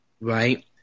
right